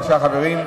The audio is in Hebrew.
בבקשה, חברים.